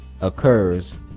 occurs